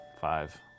five